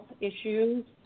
issues